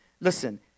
Listen